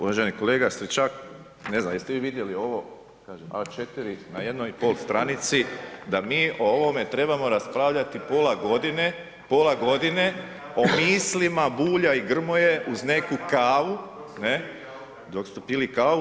Uvaženi kolega Stričak, ne znam jeste li vi vidjeli ovo, kažem A4 na 1,5 stranici da mi o ovome trebamo raspravljati pola godina, pola godine o mislima Bulja i Grmoje uz neku kavu, dok ste pili kavu.